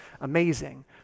amazing